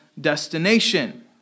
destination